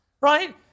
right